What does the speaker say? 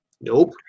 Nope